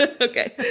Okay